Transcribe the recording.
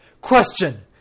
question